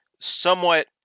somewhat